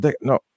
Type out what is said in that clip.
No